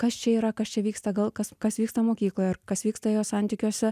kas čia yra kas čia vyksta gal kas kas vyksta mokykloje ar kas vyksta jo santykiuose